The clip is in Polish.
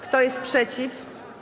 Kto jest przeciw?